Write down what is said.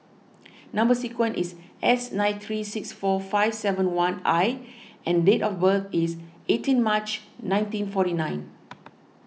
Number Sequence is S nine three six four five seven one I and date of birth is eighteen March nineteen forty nine